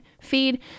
feed